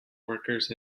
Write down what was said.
workers